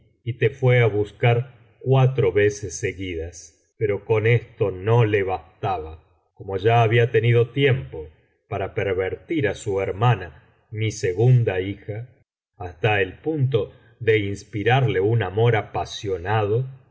y te fué á buscar cuatro veces seguidas pero con esto no le bastaba como ya había tenido tiempo para pervertir á su hermana mi segunda hija hasta el punto de inspirarle un amor apasionado no